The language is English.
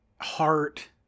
heart